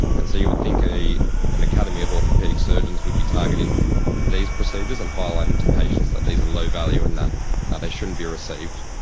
and so you would think an academy of orthopaedic surgeons would be targeting these procedures and highlighting to patients that these are low-value and that ah they shouldn't be received.